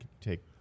take